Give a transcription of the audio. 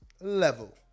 level